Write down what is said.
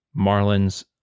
Marlins